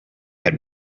had